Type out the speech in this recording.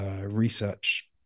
research